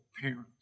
parents